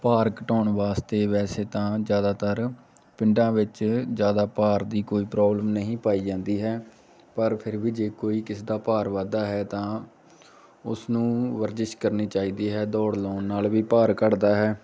ਭਾਰ ਘਟਾਉਣ ਵਾਸਤੇ ਵੈਸੇ ਤਾਂ ਜ਼ਿਆਦਾਤਰ ਪਿੰਡਾਂ ਵਿੱਚ ਜ਼ਿਆਦਾ ਭਾਰ ਦੀ ਕੋਈ ਪ੍ਰੋਬਲਮ ਨਹੀਂ ਪਾਈ ਜਾਂਦੀ ਹੈ ਪਰ ਫਿਰ ਵੀ ਜੇ ਕੋਈ ਕਿਸੇ ਦਾ ਭਾਰ ਵੱਧਦਾ ਹੈ ਤਾਂ ਉਸਨੂੰ ਵਰਜਿਸ਼ ਕਰਨੀ ਚਾਹੀਦੀ ਹੈ ਦੌੜ ਲਗਾਉਣ ਨਾਲ ਵੀ ਭਾਰ ਘੱਟਦਾ ਹੈ